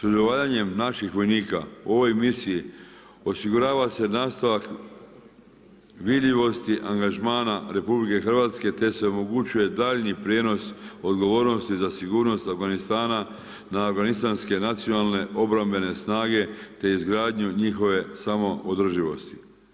Sudjelovanjem naših vojnika u ovoj misiji osigurava se nastavak vidljivosti angažmana RH, te se omogućuje daljnji prijenos odgovornosti za sigurnost Afganistana na afganistanske nacionalne obrambene snage, te izgradnju njihove samo održivosti.